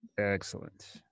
Excellent